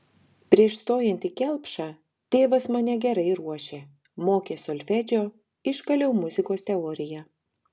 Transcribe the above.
prieš stojant į kelpšą tėvas mane gerai ruošė mokė solfedžio iškaliau muzikos teoriją